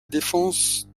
défense